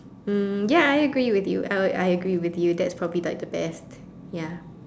mm ya I agree with you I would I agree with you that's probably like the best ya